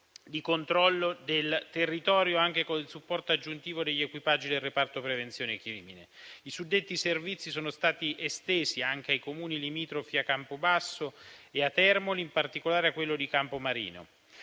di controllo del territorio, anche con il supporto aggiuntivo degli equipaggi del reparto prevenzione crimine. I suddetti servizi sono stati estesi anche ai Comuni limitrofi a Campobasso e a Termoli, in particolare a quello di Campomarino.